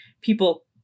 people